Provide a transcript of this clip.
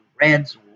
Reds